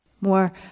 More